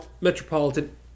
metropolitan